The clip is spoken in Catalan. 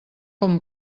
com